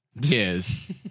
Yes